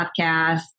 podcast